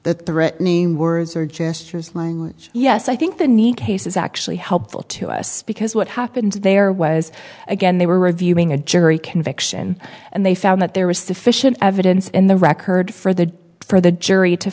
the threatening words or gestures language yes i think the need case is actually helpful to us because what happens there was again they were reviewing a jury conviction and they found that there was sufficient evidence in the record for the for the jury to